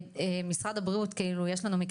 משרד הבריאות,